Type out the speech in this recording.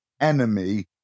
enemy